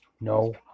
No